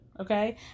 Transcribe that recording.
Okay